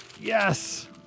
Yes